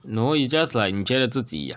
no you just like 你觉的自己